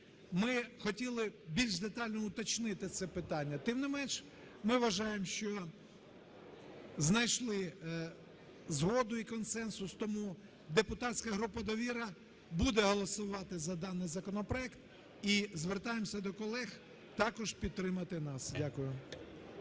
ми хотіли більш детально уточнити це питання. Тим не менше, ми вважаємо, що знайшли згоду і консенсус. Тому депутатська група "Довіра" буде голосувати за даний законопроект, і звертаємося до колег також підтримати нас. Дякую.